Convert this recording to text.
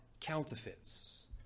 counterfeits